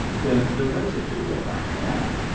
then the residue of a ham,